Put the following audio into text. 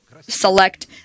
select